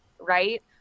right